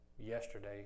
yesterday